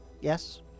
Yes